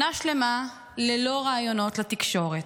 שנה שלמה ללא ראיונות לתקשורת.